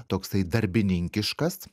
toksai darbininkiškas